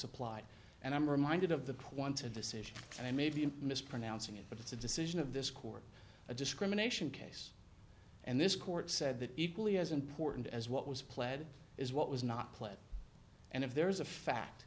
applied and i'm reminded of the quantum decision and i may be mispronouncing it but it's a decision of this court a discrimination case and this court said that equally as important as what was pled is what was not played and if there is a fact